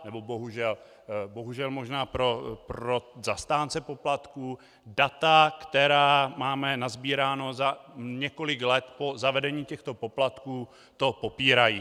Nebo bohužel bohužel možná pro zastánce poplatků data, která máme nasbírána za několik let po zavedení těchto poplatků, to popírají.